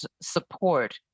support